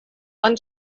one